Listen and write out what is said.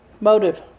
motive